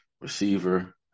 receiver